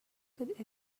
good